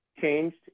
changed